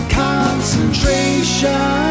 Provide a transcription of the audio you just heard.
concentration